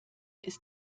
ist